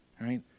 right